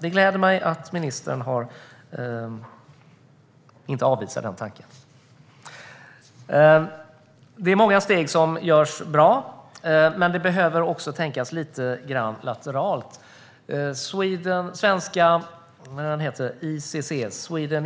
Det gläder mig att ministern inte avvisar tanken. Många steg görs bra, men det behöver också tänkas lite grann lateralt. Sweden